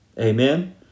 Amen